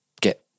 get